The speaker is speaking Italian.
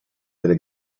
delle